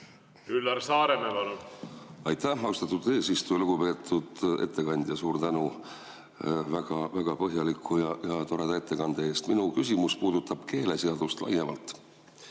Üllar Saaremäe, palun! Aitäh, austatud eesistuja! Lugupeetud ettekandja, suur tänu väga-väga põhjaliku ja toreda ettekande eest! Minu küsimus puudutab keeleseadust laiemalt.